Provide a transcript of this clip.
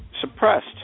suppressed